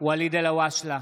ואליד אלהואשלה,